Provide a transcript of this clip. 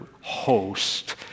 host